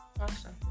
Awesome